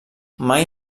mai